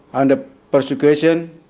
under persecution,